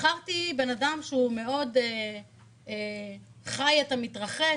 בחרתי בן אדם שמאוד חי את המתרחש,